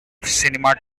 cinema